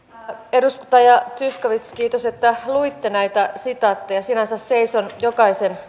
edustaja zyskowicz kiitos että luitte näitä sitaatteja sinänsä seison jokaisen